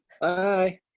Bye